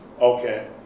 Okay